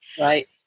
right